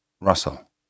Russell